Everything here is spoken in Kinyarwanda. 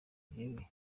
byeruye